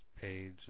page